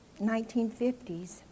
1950s